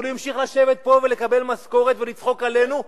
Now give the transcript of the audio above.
אבל הוא המשיך לשבת פה ולקבל משכורת ולצחוק מאתנו,